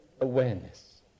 awareness